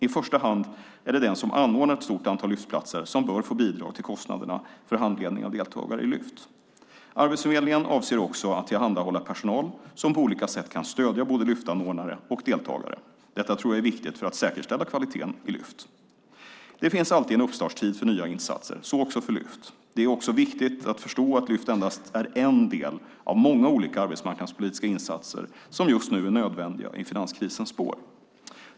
I första hand är det den som anordnar ett stort antal Lyftplatser som bör få bidrag till kostnaderna för handledning av deltagare i Lyft. Arbetsförmedlingen avser också att tillhandahålla personal som på olika sätt kan stödja både Lyftanordnare och Lyftdeltagare. Detta tror jag är viktigt för att säkerställa kvaliteten i Lyft. Det finns alltid en uppstartstid för nya insatser, så också för Lyft. Det är även viktigt att förstå att Lyft endast är en del av många olika arbetsmarknadspolitiska insatser som just nu är nödvändiga i finanskrisens spår.